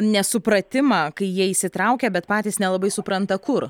nesupratimą kai jie įsitraukia bet patys nelabai supranta kur